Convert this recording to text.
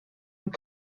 une